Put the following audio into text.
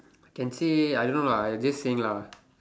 I can say I don't know lah I just saying lah